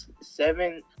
seven